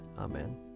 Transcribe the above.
Amen